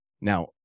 now